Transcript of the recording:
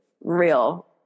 real